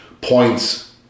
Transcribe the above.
points